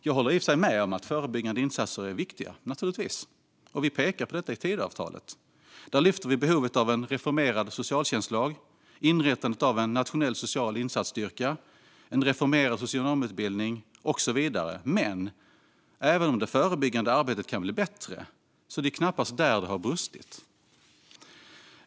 Jag håller i och för sig med om att förebyggande insatser är viktiga - givetvis, och vi pekar även på detta i Tidöavtalet. Där lyfter vi fram behovet av en reformerad socialtjänstlag, inrättande av en nationell social insatsstyrka, en reformerad socionomutbildning och så vidare. Men även om det förebyggande arbetet kan bli bättre är det knappast där det har brustit.